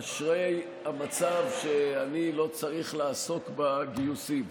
אשרי המצב שאני לא צריך לעסוק בגיוסים.